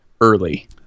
early